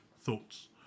thoughts